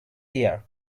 year